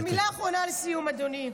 ומילה אחרונה לסיום, אדוני.